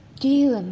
do you, and